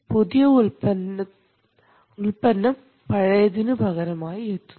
പുതിയ ഉൽപ്പന്നം പഴയതിന് പകരമായി എത്തുന്നു